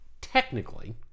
technically